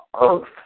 earth